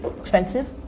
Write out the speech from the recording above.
expensive